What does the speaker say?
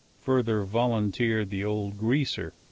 further volunteered the old greaser,